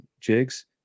jigs